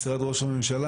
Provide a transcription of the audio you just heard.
משרד ראש הממשלה,